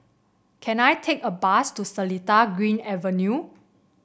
can I take a bus to Seletar Green Avenue